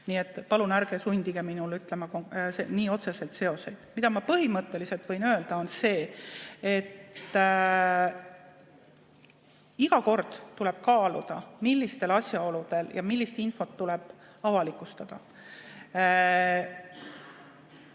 Nii et palun ärge sundige mind ütlema nii otseseid seoseid. Mida ma põhimõtteliselt võin öelda, on see: iga kord tuleb kaaluda, millistel asjaoludel ja millist infot tuleb avalikustada.